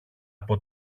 από